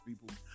people